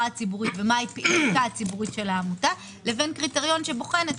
הציבורית של העמותה לבין קריטריון שבוחן את